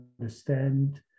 understand